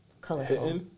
colorful